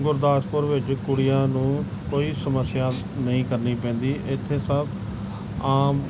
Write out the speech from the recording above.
ਗੁਰਦਾਸਪੁਰ ਵਿੱਚ ਕੁੜੀਆਂ ਨੂੰ ਕੋਈ ਸਮੱਸਿਆ ਨਹੀਂ ਕਰਨੀ ਪੈਂਦੀ ਇੱਥੇ ਸਭ ਆਮ